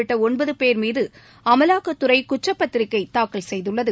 உள்ளிட்ட ஒன்பது பேர் மீது அமலாக்கத்துறை குற்றப்பத்திரிகை தாக்கல் செய்துள்ளது